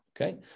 Okay